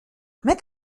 met